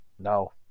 No